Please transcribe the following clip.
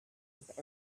with